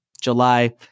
july